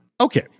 Okay